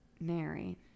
Mary